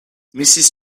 mrs